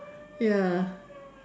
ya